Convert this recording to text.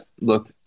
look